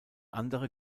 andere